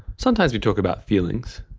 sometimes we talk about feelings.